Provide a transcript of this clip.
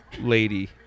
lady